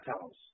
house